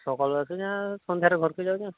ସକାଳେ ଆସୁଛେ ସନ୍ଧ୍ୟା ରେ ଘର କୁ ଯାଉଛେ